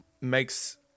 makes